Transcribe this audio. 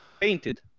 painted